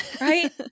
Right